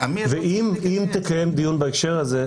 אם תקיים דיון בהקשר הזה,